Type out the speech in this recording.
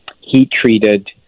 heat-treated